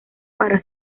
para